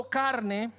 carne